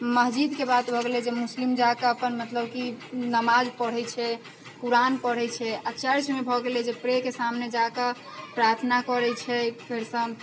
मस्जिदके बात भऽ गेलै जे मुस्लिम जा कऽ अपन की मतलब की नमाज पढ़ै छै क़ुरान पढ़ै छै आओर चर्चमे भऽ गेलै जे प्रे के सामने जाके प्रार्थना करै छै फेर सब